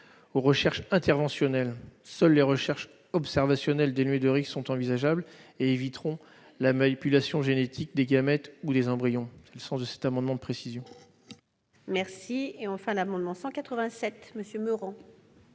aux recherches interventionnelles. Seules les recherches observationnelles dénuées de risques sont envisageables et éviteront la manipulation génétique des gamètes ou des embryons. Tel est le sens de cet amendement de précision. L'amendement n° 187, présenté par M.